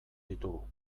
ditugu